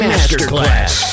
Masterclass